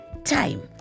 Time